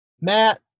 Matt